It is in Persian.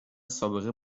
سابقه